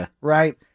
right